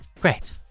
great